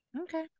okay